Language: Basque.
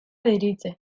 deritze